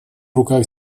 руках